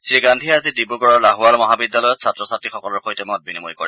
শ্ৰী গান্ধীয়ে আজি ডিব্ৰগড়ৰ লাহোৱাল মহাবিদ্যালয়ত ছাত্ৰ ছাত্ৰীসকলৰ সৈতে মত বিনিময় কৰে